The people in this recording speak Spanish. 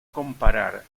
comparar